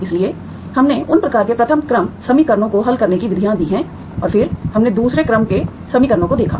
इसलिए हमने उन प्रकार के प्रथम क्रम समीकरणों को हल करने की विधियाँ दी हैं और फिर हमने दूसरे क्रम के समीकरणों को देखा